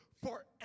forever